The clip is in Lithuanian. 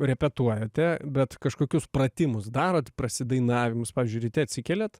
repetuojate bet kažkokius pratimus darot prasidainavimus pavyzdžiui ryte atsikeliat